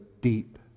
deep